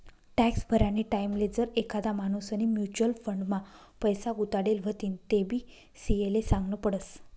tax भरानी टाईमले जर एखादा माणूसनी म्युच्युअल फंड मा पैसा गुताडेल व्हतीन तेबी सी.ए ले सागनं पडस